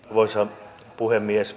arvoisa puhemies